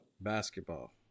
basketball